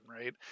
right